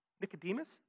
Nicodemus